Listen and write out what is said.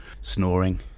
snoring